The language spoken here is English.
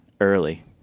early